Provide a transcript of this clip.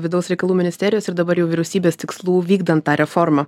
vidaus reikalų ministerijos ir dabar jau vyriausybės tikslų vykdant tą reformą